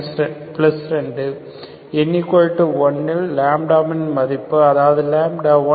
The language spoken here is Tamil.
n1 ல் λ ன் மதிப்பு அதாவது 1